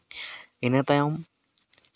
ᱤᱱᱟᱹ ᱛᱟᱭᱚᱢ